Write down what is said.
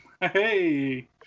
Hey